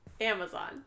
Amazon